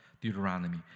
Deuteronomy